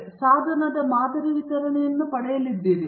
ನೀವು ಸಾಧನದ ಮಾದರಿ ವಿತರಣೆಯನ್ನು ಪಡೆಯಲಿದ್ದೀರಿ